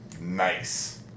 nice